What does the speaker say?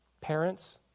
Parents